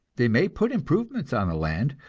they may put improvements on the land,